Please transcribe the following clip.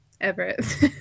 Everett